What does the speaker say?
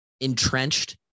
Entrenched